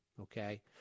okay